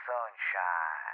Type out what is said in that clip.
Sunshine